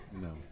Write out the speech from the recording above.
No